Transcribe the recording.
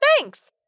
Thanks